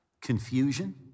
confusion